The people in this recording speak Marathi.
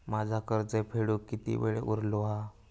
माझा कर्ज फेडुक किती वेळ उरलो हा?